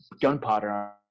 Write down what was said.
gunpowder